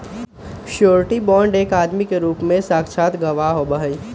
surety bond एक आदमी के रूप में साक्षात गवाह होबा हई